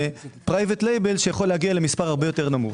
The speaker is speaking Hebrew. פרייווט לייבל שיכול להגיע למספר הרבה יותר נמוך,